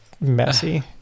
messy